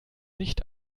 nicht